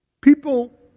People